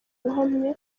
uhamye